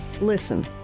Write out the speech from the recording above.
Listen